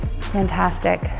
Fantastic